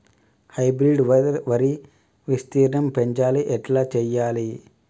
Hybrid వరి విస్తీర్ణం పెంచాలి ఎట్ల చెయ్యాలి?